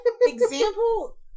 Example